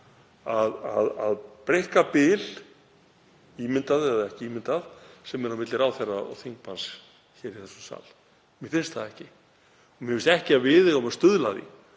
að breikka bil, ímyndað eða ekki ímyndað, á milli ráðherra og þingmanns hér í þessum sal. Mér finnst það ekki. Mér finnst ekki að við eigum að stuðla að